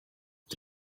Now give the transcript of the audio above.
ati